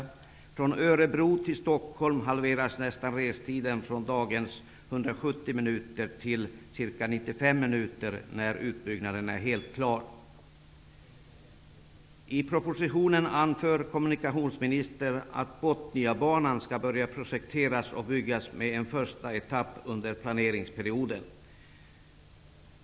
På sträckan Örebro--Stockholm halveras nästan restiden från dagens 170 minuter till ca 95 minuter när utbyggnaden är helt klar. I propositionen anför kommunikationsministern att projekteringen av Botniabanan skall påbörjas och att en första etapp skall byggas under planeringsperioden.